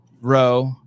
row